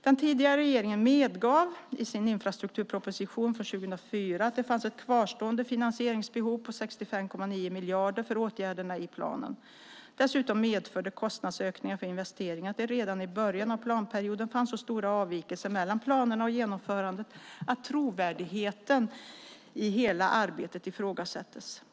Den tidigare regeringen medgav i sin infrastrukturproposition från 2004 att det fanns ett kvarstående finansieringsbehov på 65,9 miljarder för åtgärderna i planen. Dessutom medförde kostnadsökningar för investeringarna att det redan i början av planperioden fanns så stora avvikelser mellan planerna och genomförandet att trovärdigheten i hela arbetet ifrågasattes.